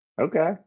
Okay